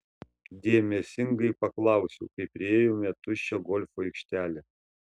dėmesingai paklausiau kai priėjome tuščią golfo aikštelę